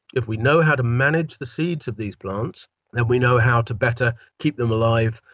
if we know how to manage the seeds of these plants then we know how to better keep them alive,